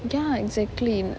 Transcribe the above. ya exactly